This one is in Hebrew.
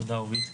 תודה רבה.